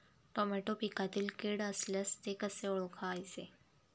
Tomato पिकातील कीड असल्यास ते कसे ओळखायचे?